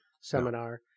seminar